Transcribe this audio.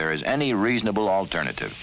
there is any reasonable alternative